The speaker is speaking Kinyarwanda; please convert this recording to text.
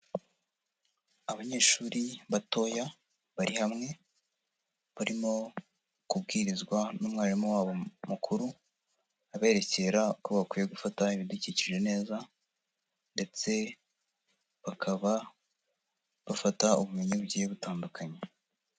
Abanyeshuri batoya bari hamwe barimo kubwirizwa n'umwarimu wabo mukuru aberekera ko bakwiye gufata ibidukikije neza ndetse bakaba bafata ubumenyi bugiye butandukanye.